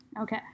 okay